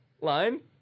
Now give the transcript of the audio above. Line